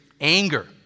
Anger